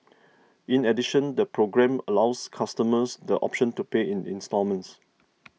in addition the programme allows customers the option to pay in instalments